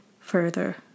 further